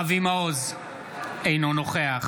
אבי מעוז, אינו נוכח